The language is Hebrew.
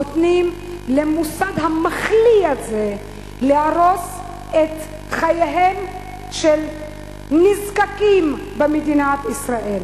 נותנים למוסד המחליא הזה להרוס את חייהם של נזקקים במדינת ישראל.